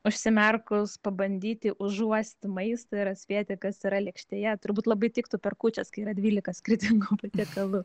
užsimerkus pabandyti užuosti maistą ir atspėti kas yra lėkštėje turbūt labai tiktų per kūčias kai yra dvylika skirtingų patiekalų